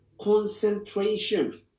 concentration